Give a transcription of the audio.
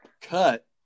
cut